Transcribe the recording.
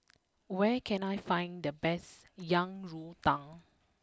where can I find the best Yang you Tang